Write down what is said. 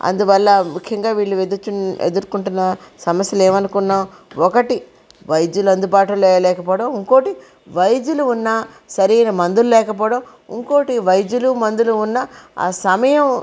అందువల్ల ముఖ్యంగా వీళ్ళు ఎదుర్కొంటున్న సమస్యలు ఏమనుకున్నా ఒకటి వైద్యుల అందుబాటులో లేకపోవడం ఇంకోటి వైద్యులు ఉన్న సరైన మందులు లేకపోవడం ఇంకోటి వైద్యులు మందులు ఉన్న ఆ సమయం